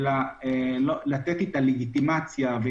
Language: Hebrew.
זה לתת את הלגיטימציה,